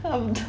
err um